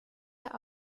der